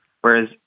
whereas